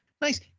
nice